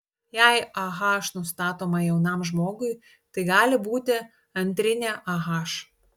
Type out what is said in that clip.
jei ah nustatoma jaunam žmogui tai gali būti antrinė ah